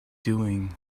doing